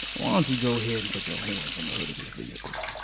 why don't you go ahead and put your hands on the hood of this vehicle?